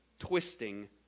twisting